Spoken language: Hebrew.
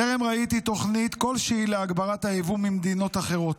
טרם ראיתי תוכנית כלשהי להגברת הייבוא ממדינות אחרות.